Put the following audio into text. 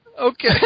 Okay